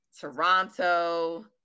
Toronto